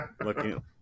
looking